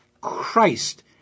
Christ